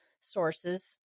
sources